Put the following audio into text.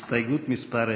ההסתייגות (10)